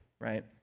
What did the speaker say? Right